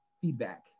feedback